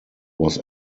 was